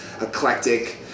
eclectic